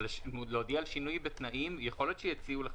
אבל להודיע על שינוי בתנאים יכול להיות שיציעו לך,